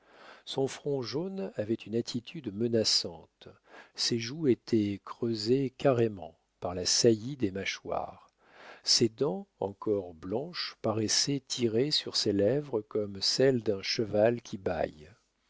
son front jaune avait une attitude menaçante ses joues étaient creusées carrément par la saillie des mâchoires ses dents encore blanches paraissaient tirées sur ses lèvres comme celles d'un cheval qui bâille